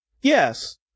Yes